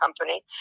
company